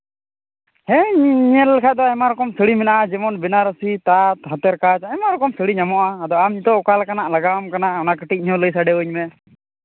ᱦᱮᱸ ᱧᱮᱞ ᱞᱮᱠᱷᱟᱱ ᱫᱚ ᱟᱭᱢᱟ ᱨᱚᱠᱚᱢ ᱥᱟᱹᱲᱤ ᱢᱮᱱᱟᱜᱼᱟ ᱡᱮᱢᱚᱱ ᱵᱮᱱᱟᱨᱚᱥᱤ ᱛᱟᱸᱛ ᱦᱟᱛᱮᱨ ᱠᱟᱡᱽ ᱟᱭᱢᱟ ᱨᱚᱠᱚᱢ ᱥᱟᱹᱲᱤ ᱧᱟᱢᱚᱜᱼᱟ ᱟᱫᱚ ᱟᱢ ᱱᱤᱛᱚᱜ ᱚᱠᱟ ᱞᱮᱠᱟᱱᱟᱜ ᱞᱟᱜᱟᱣᱟᱢ ᱠᱟᱱᱟ ᱚᱱᱟ ᱠᱟᱹᱴᱤᱡ ᱞᱟᱹᱭ ᱥᱚᱫᱚᱨᱟᱹᱧ ᱢᱮ